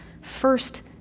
first